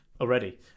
already